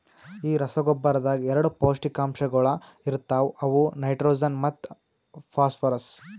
ಈ ರಸಗೊಬ್ಬರದಾಗ್ ಎರಡ ಪೌಷ್ಟಿಕಾಂಶಗೊಳ ಇರ್ತಾವ ಅವು ನೈಟ್ರೋಜನ್ ಮತ್ತ ಫಾಸ್ಫರ್ರಸ್